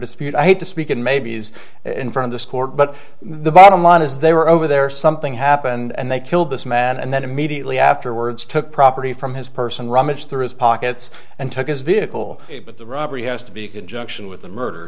dispute i had to speak and maybe's in from this court but the bottom line is they were over there something happened and they killed this man and then immediately afterwards took property from his purse and rummaged through his pockets and took his vehicle but the robbery has to be conjunction with the murder